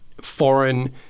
foreign